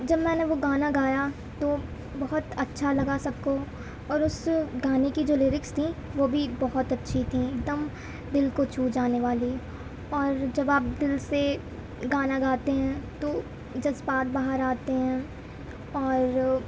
جب میں نے وہ گانا گایا تو بہت اچّھا لگا سب کو اور اس گانے کی جو لیرکس تھیں وہ بھی بہت اچّھی تھیں ایک دم دل کو چھو جانے والی اور جب آپ دل سے گانا گاتے ہیں تو جذبات باہر آتے ہیں اور